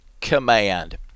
command